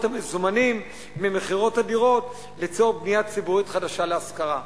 המזומנים ממכירות הדירות לצורך בנייה ציבורית חדשה להשכרה.